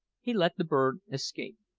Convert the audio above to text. he let the bird escape.